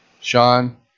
Sean